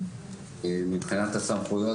מבחינת הסמכויות,